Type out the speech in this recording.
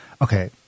Okay